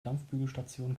dampfbügelstation